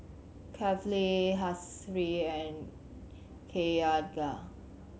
Kefli Hasif and Cahaya